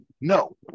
No